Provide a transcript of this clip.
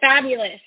fabulous